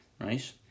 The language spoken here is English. Right